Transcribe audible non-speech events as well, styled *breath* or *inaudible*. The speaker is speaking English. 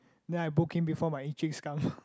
then I book in before my Enciks come *breath*